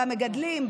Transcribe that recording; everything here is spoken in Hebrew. במגדלים,